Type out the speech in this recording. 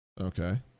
okay